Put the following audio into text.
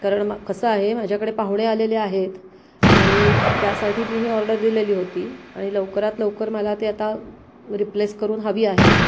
कारण कसं आहे माझ्याकडे पाहुणे आलेले आहेत आणि त्यासाठी मी ही ऑर्डर दिलेली होती आणि लवकरात लवकर मला ते आता रिप्लेस करून हवी आहे